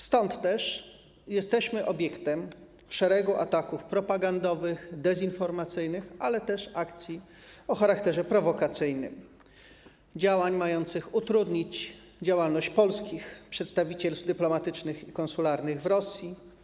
Stąd też jesteśmy obiektem szeregu ataków propagandowych, dezinformacyjnych, ale też akcji o charakterze prowokacyjnym, działań mających utrudnić działalność polskich przedstawicielstw dyplomatycznych i konsularnych w Rosji.